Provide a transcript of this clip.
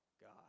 God